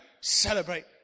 celebrate